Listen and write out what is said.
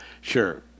Sure